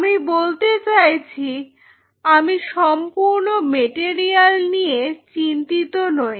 আমি বলতে চাইছি আমি সম্পূর্ণ মেটেরিয়াল নিয়ে চিন্তিত নই